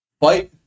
fight